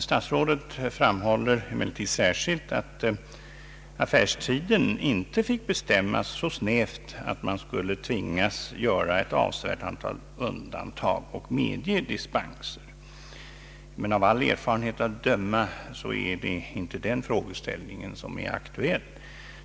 Statsrådet framhåller emellertid särskilt att affärstiden inte fick bestämmas så snävt att man skulle tvingas göra ett avsevärt antal undantag och medge dispenser. Men av all erfarenhet att döma är det inte den frågeställningen som är aktuell.